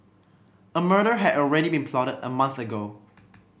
a murder had already been plotted a month ago